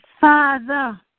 Father